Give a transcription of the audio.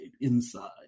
inside